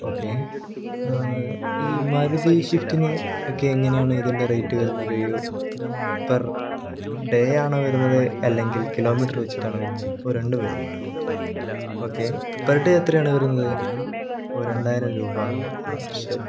okay ഈ മാരുതി സ്വിഫ്റ്റിന് ഒക്കെ എങ്ങനെയാണ് ഇതിൻ്റെ റേറ്റ് വരുന്നത് പെർ ഡേ ആണോ വരുന്നത് അല്ലങ്കിൽ കിലോമീറ്റർ വെച്ചിട്ടാണോ വരുന്നത് ഓ രണ്ട് വരുന്നുണ്ടോ ഓക്കേ പെർ ഡേ എത്രയാണ് വരുന്നത് ഓ രണ്ടായിരം രൂപ ആ ആ ശരി